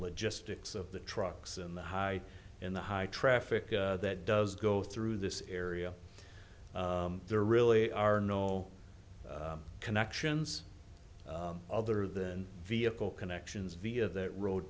logistics of the trucks and the high in the high traffic that does go through this area there really are no connections other than vehicle connections via that road